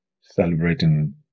Celebrating